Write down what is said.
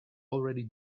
already